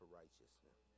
righteousness